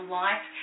life